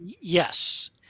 Yes